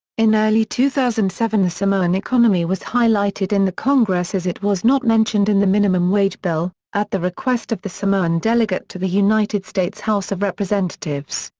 in early two thousand and seven the samoan economy was highlighted in the congress as it was not mentioned in the minimum wage bill, at the request of the samoan delegate to the united states house of representatives,